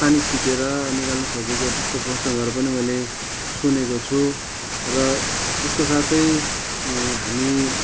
पानी छिटेर निकाल्नु खोजेको त्यस्तो प्रसङ्गहरू पनि मैले सुनेको छु र यसको साथै हामी